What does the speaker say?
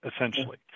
essentially